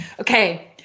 Okay